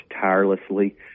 tirelessly